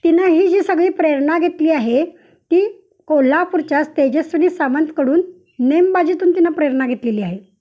तिनं ही जी सगळी प्रेरणा घेतली आहे ती कोल्हापूरच्याच तेजस्विनी सामंतकडून नेमबाजीतून तिनं प्रेरणा घेतलेली आहे